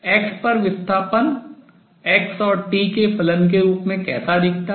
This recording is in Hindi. x पर विस्थापन x और t के फलन के रूप में कैसा दिखता है